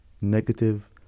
negative